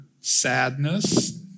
sadness